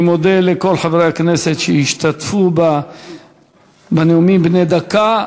אני מודה לכל חברי הכנסת שהשתתפו בנאומים בני דקה.